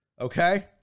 Okay